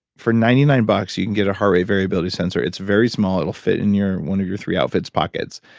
for ninety nine bucks you can get a heart rate variability sensor. it's very small. it will fit in one of your three outfits pockets.